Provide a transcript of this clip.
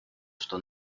что